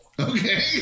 Okay